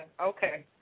Okay